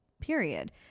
period